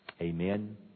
Amen